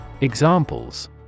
Examples